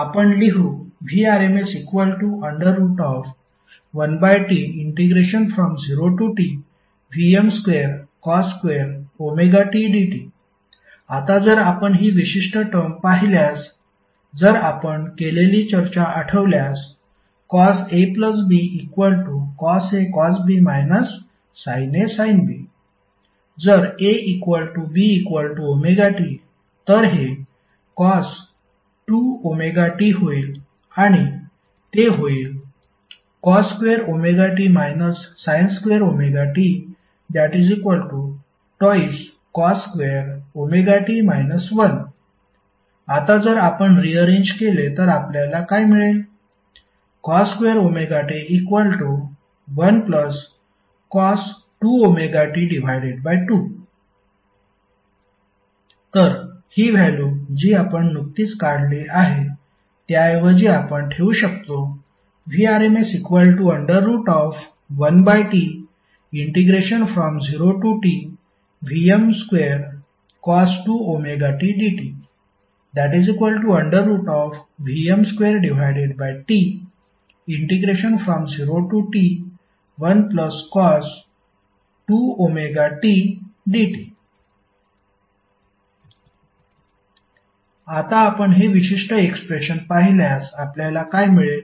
तर आपण लिहू Vrms1T0TVm2cos2tdt आता जर आपण ही विशिष्ट टर्म पाहिल्यास जर आपण केलेली चर्चा आठवल्यास cosABcosAcosB sinAsinB जर ABωt तर हे cos2ωt होईल आणि ते होईल cos2t sin2ωt2cos2t 1 आता जर आपण रिअरेंज केले तर आपल्याला काय मिळेल cos2t1cos2ωt2 तर हि व्हॅल्यु जी आपण नुकतीच काढली आहे त्याऐवजी आपण ठेवू शकतो Vrms1T0TVm2cos2ωtdtVm2T0T1cos2ωtdt आता आपण हे विशिष्ट एक्सप्रेशन पाहिल्यास आपल्याला काय मिळेल